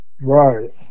Right